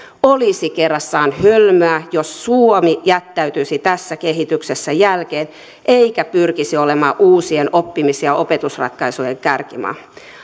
olisi kerrassaan hölmöä jos suomi jättäytyisi tässä kehityksessä jälkeen eikä pyrkisi olemaan uusien oppimis ja opetusratkaisujen kärkimaa